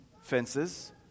fences